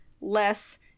Less